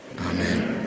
Amen